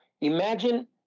Imagine